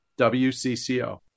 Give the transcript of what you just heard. WCCO